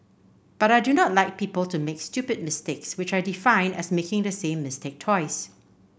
but I do not like people to make stupid mistakes which I define as making the same mistake twice